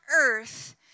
earth